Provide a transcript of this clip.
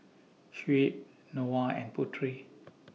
Shuib Noah and Putri